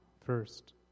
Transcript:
first